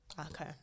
Okay